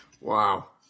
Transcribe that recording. Wow